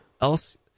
else